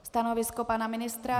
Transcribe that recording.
Stanovisko pana ministra?